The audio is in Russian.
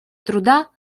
труда